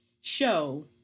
show